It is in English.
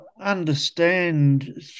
understand